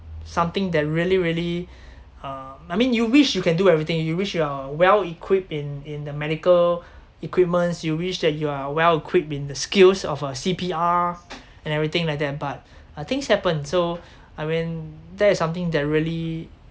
something that really really uh I mean you wish you can do everything you wish you are well equipped in in the medical equipments you wish that you are well equipped with the skills of uh C_P_R and everything like that but uh things happen so I mean that is something that really